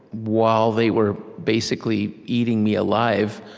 while they were basically eating me alive,